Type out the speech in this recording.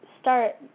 start